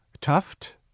Tuft